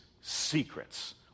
secrets